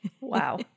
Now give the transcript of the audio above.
Wow